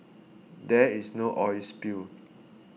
there is no oil spill